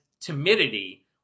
timidity